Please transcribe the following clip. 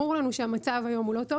ברור לנו שהמצב היום הוא לא טוב.